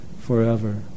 forever